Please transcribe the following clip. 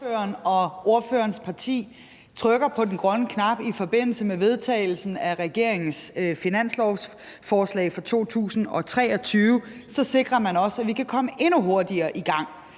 ellers ordføreren og ordførerens parti trykker på den grønne knap i forbindelse med vedtagelsen af regeringens finanslovsforslag for 2023, så sikrer man også, at vi kan komme endnu hurtigere i gang,